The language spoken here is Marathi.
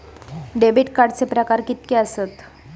डेबिट कार्डचे प्रकार कीतके आसत?